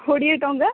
କୋଡ଼ିଏ ଟଙ୍କା